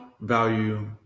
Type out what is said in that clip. value